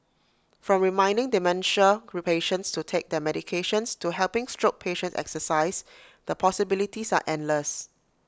from reminding dementia re patients to take their medications to helping stroke patients exercise the possibilities are endless